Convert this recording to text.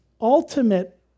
ultimate